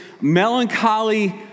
melancholy